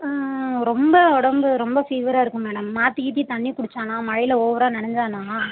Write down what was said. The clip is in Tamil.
ஆ ரொம்ப உடம்பு ரொம்ப ஃபீவராக இருக்குது மேடம் மாற்றி கீத்தி தண்ணி குடிச்சானா மழையில் ஓவராக நனைஞ்சானா